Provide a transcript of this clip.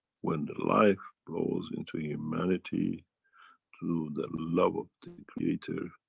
when the life rolls into humanity through the love of the creator,